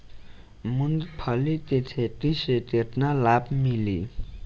मूँगफली के खेती से केतना लाभ मिली?